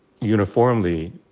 uniformly